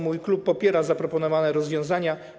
Mój klub popiera zaproponowane rozwiązania.